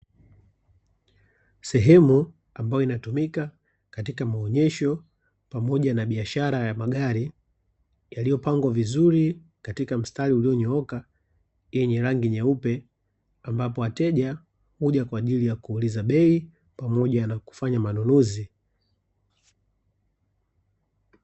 Sehemu ambayo inatumika katika maonyesho pamoja na biashara ya magari, yaliyopangwa vizuri katika mstari ulionyooka , hii ni rangi nyeupe, ambapo wateja huja kwa ajili ya kuuliza bei pamoja na kufanya manunuzi.